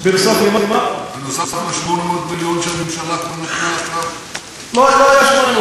של פגישה שהייתה אתך בסוף אוגוסט.